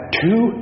two